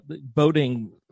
boating